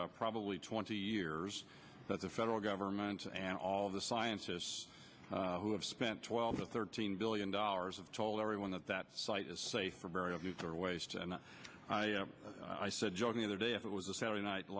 for probably twenty years that the federal government and all the scientists who have spent twelve or thirteen billion dollars of told everyone that that site is safer barrier of nuclear waste and i said joe the other day if it was a saturday night